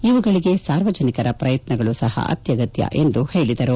ಇವುಗಳಿಗೆ ಸಾರ್ವಜನಿಕರ ಪ್ರಯತ್ನಗಳು ಸಹ ಅತ್ಯಗತ್ಯ ಎಂದು ಹೇಳಿದರು